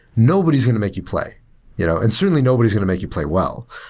nobody's going to make you play you know and certainly nobody's going to make you play well.